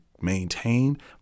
maintained